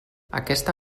aquesta